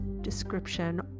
description